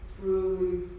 truly